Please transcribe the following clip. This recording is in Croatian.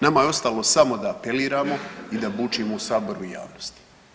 Nama je ostalo samo da apeliramo i da bučimo u saboru i javnosti.